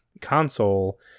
console